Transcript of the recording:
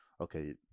okay